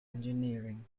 engineering